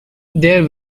their